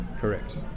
Correct